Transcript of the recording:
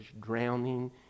drowning